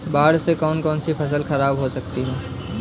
बाढ़ से कौन कौन सी फसल खराब हो जाती है?